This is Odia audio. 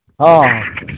ହଁ ହଁ